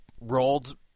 rolled